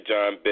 John